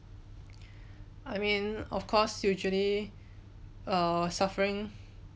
I mean of course usually err suffering